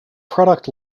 product